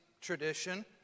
tradition